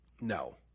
no